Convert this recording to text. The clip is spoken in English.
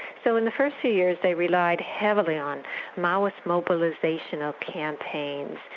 so in the first few years, they relied heavily on maoist mobilisation of campaigns,